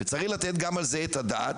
וצריך לתת גם על זה את הדעת,